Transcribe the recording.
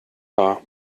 haar